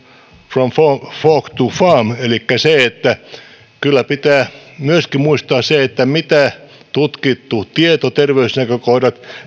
se on from fork to farm elikkä se että kyllä pitää myöskin muistaa se minkälaisia toiveita tutkittu tieto terveysnäkökohdat